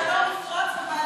השלום יפרוץ במהלך,